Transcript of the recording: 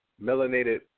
melanated